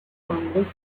congress